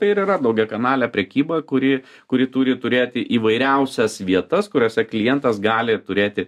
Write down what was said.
tai ir yra daugiakanalė prekyba kuri kuri turi turėti įvairiausias vietas kuriose klientas gali turėti